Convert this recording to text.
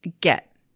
get